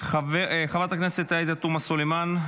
חברת הכנסת עאידה תומא סלימאן,